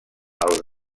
els